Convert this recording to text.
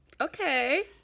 Okay